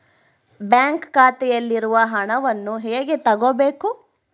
Bank ಖಾತೆಯಲ್ಲಿರುವ ಹಣವನ್ನು ಹೇಗೆ ತಗೋಬೇಕು?